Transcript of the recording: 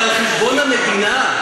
אבל על חשבון המדינה?